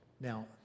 Now